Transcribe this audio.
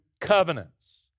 covenants